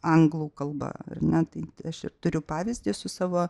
anglų kalba ar ne tai aš ir turiu pavyzdį su savo